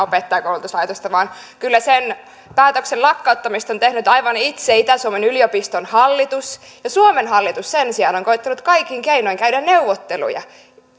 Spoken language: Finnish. opettajankoulutuslaitosta vaan kyllä sen päätöksen lakkauttamisesta on tehnyt itä suomen yliopiston hallitus aivan itse suomen hallitus sen sijaan on koettanut kaikin keinoin käydä neuvotteluja